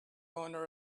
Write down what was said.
owner